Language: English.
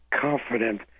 confident